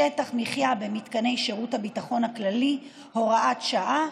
שטח מחיה במתקני שירות הביטחון הכללי) (הוראת שעה),